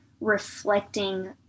reflecting